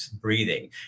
breathing